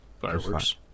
fireworks